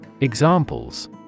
Examples